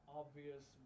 obvious